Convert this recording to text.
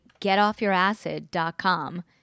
getoffyouracid.com